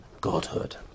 Godhood